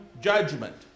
judgment